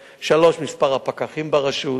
3. מספר הפקחים ברשות,